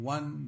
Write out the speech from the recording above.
One